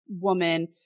woman